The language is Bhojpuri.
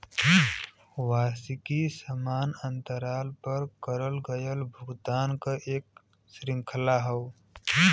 वार्षिकी समान अंतराल पर करल गयल भुगतान क एक श्रृंखला हौ